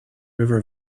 river